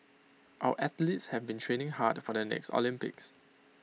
our athletes have been training hard for the next Olympics